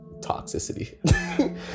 toxicity